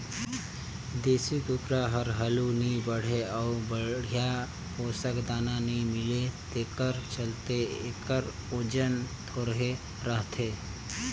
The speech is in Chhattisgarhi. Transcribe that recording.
देसी कुकरी हर हालु नइ बाढ़े अउ बड़िहा पोसक दाना नइ मिले तेखर चलते एखर ओजन थोरहें रहथे